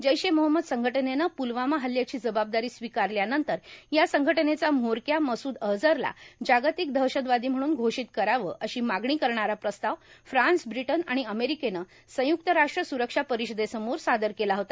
जैश ए मोहम्मद संघटनेनं पूलवामा हल्ल्याची जबाबदारी स्वीकारल्यानंतर या संघटनेचा म्होरक्या मसूद अझहरला जागतिक दहशतवादी म्हणून घोषित करावं अशी मागणी करणारा प्रस्ताव फ्रान्स ब्रिटन आणि अमेरिकेनं संयुक्त राष्ट्र सुरक्षा परिषद समोर सादर केला होता